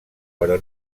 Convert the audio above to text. però